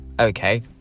okay